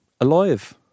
alive